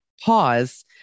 pause